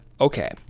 okay